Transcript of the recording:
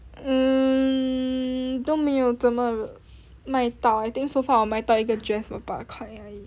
mm 都没有怎么卖到我卖到一个八块而已